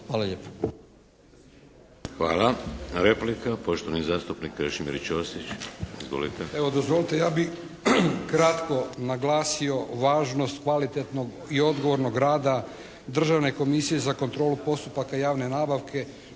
(HDZ)** Hvala. Replika, poštovani zastupnik Krešimić Ćosić. Izvolite! **Ćosić, Krešimir (HDZ)** Evo, dozvolite ja bi kratko naglasio važnost kvalitetnog i odgovornog rada Državne komisije za kontrolu postupaka javne nabavke